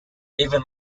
even